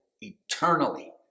eternally